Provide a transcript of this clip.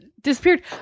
disappeared